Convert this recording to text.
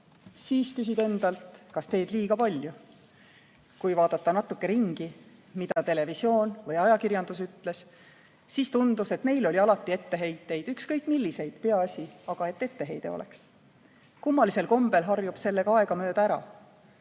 Siis küsid endalt, kas teed liiga palju. Kui vaadata natuke ringi, mida televisioon või raadio või ajakirjandus ütles, siis tundus, et neil oli alati etteheiteid, ükskõik milliseid, peaasi aga, et etteheide oleks. Kummalisel kombel harjub sellega aegamööda ära.